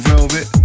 Velvet